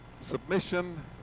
submission